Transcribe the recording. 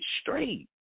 straight